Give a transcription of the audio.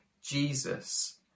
Jesus